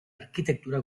arkitektura